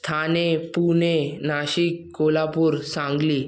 Thane Pune Nashik Kolhapur Sangli